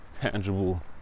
tangible